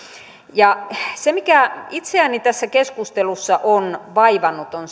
se mikä itseäni tässä keskustelussa on vaivannut on